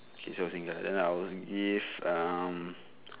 K selalu singgah then I will give um